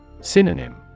Synonym